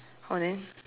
oh then